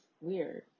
weird